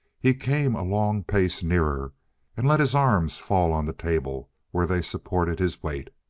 he came a long pace nearer and let his arms fall on the table, where they supported his weight.